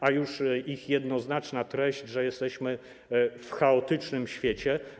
A już ich jednoznaczna treść, że jesteśmy w chaotycznym świecie.